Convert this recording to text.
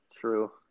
True